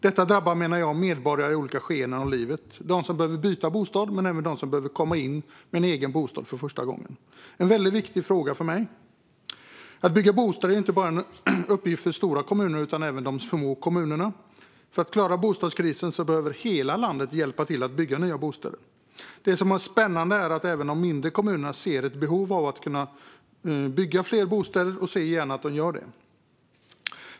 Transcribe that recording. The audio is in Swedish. Detta drabbar medborgare i olika skeenden av livet, de som behöver byta bostad men även de som behöver komma in på bostadsmarknaden och få en egen bostad för första gången. Det är en väldigt viktig fråga för mig. Att bygga bostäder är inte bara en uppgift för de stora kommunerna utan även för de små. För att vi ska klara bostadskrisen behöver hela landet hjälpa till med att bygga nya bostäder. Det är spännande att även de mindre kommunerna ser ett behov av det och att de gärna skulle göra det.